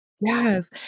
Yes